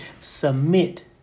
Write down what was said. submit